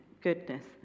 goodness